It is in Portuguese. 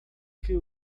que